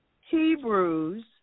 Hebrews